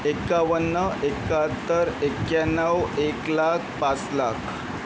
एकावन्न एकाहत्तर एक्याण्णव एक लाख पाच लाख